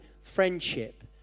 friendship